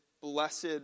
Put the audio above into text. blessed